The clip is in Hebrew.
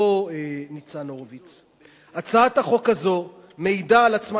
לא ניצן הורוביץ: הצעת החוק הזאת מעידה על עצמה,